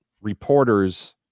reporters